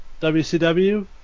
WCW